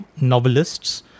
novelists